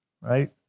Right